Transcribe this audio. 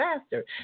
faster